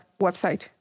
website